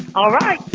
all right,